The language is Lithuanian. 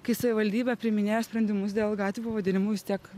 kai savivaldybė priiminėjo sprendimus dėl gatvių pavadinimų vis tiek